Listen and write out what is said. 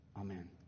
Amen